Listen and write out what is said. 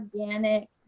organic